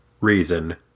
reason